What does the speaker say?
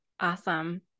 Awesome